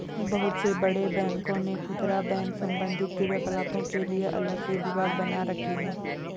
बहुत से बड़े बैंकों ने खुदरा बैंक संबंधी क्रियाकलापों के लिए अलग से विभाग बना रखे हैं